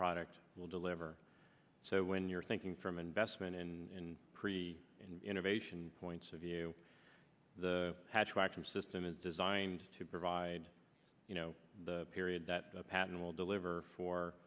product will deliver so when you're thinking from investment in pre innovation points of view the hatchback from system is designed to provide you know the period that the patent will deliver for